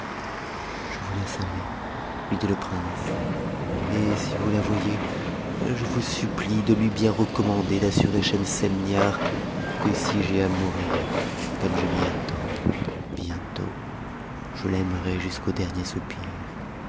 je vous laisse aller lui dit le prince et si ous la voyez je vous supplie de lui bien recommander d'assurer schemsetndiarque si j'ai à mourir comme je m'y attends bientôt je l'aimerai t squ au dernier soupir